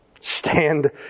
Stand